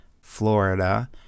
Florida